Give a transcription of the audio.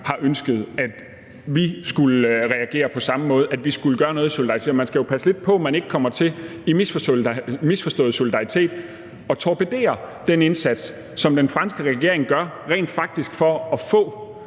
har ønsket, at vi skulle reagere på samme måde; at vi skulle gøre noget i solidaritet. Man skal jo passe lidt på, at man ikke kommer til i misforstået solidaritet at torpedere den indsats, som den franske regering gør for rent faktisk at få